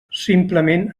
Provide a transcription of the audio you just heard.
simplement